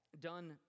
done